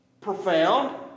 profound